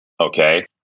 Okay